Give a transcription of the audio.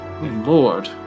Lord